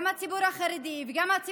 וגם על האוכלוסייה שאתה מייצג.